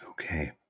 Okay